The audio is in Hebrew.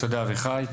תודה אביחי.